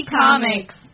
Comics